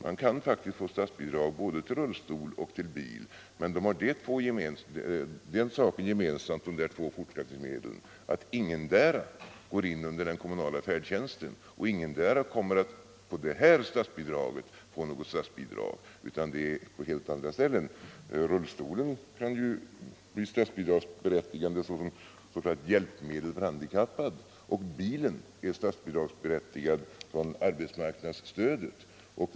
Man kan få statsbidrag både till rullstol och till bil, men för dessa två fortskaffningsmedel gäller att ingendera går in under den kommunala färdtjänsten. Därför berättigar ingendera till statsbidrag i det sammanhang som vi nu diskuterar, men rullstolen kan bli statsbidragsberättigad som hjälpmedel för handikappad och bilen är statsbidragsberättigad från arbetsmarknadsstödet.